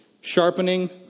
sharpening